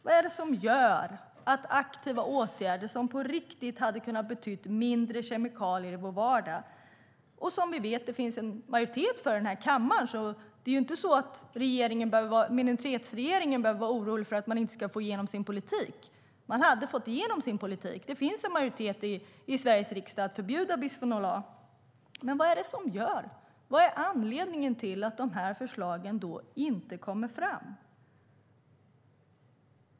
Vad är det som gör att aktiva åtgärder som på riktigt hade kunnat betyda mindre kemikalier i vår vardag och som vi vet att det finns en majoritet i kammaren för att förbjuda inte kommer fram? Det är ju inte så att minoritetsregeringen behöver vara orolig för att inte få igenom sin politik. Den hade fått igenom sin politik - det finns en majoritet i Sveriges riksdag för att förbjuda bisfenol A. Vad är anledningen till att dessa förslag inte kommer fram?